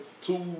two